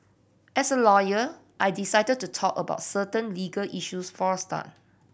as a lawyer I decided to talk about certain legal issues for a start